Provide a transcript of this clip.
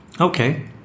Okay